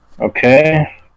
Okay